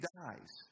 dies